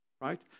right